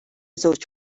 żewġ